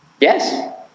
Yes